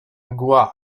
mgła